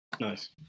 Nice